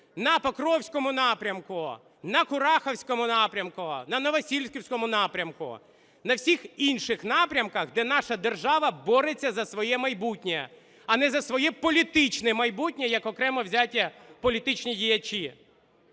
на покровському напрямку, на курахівському напрямку, на новосілківському напрямку, на всіх інших напрямках, де наша держава бореться за своє майбутнє, а не за своє політичне майбутнє, як окремо взяті політичні діячі.